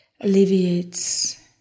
alleviates